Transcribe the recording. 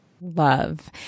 Love